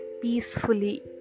peacefully